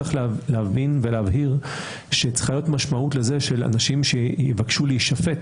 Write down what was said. צריך להבין ולהבהיר שצריכה להיות משמעות לזה של אנשים שיבקשו להישפט,